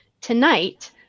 Tonight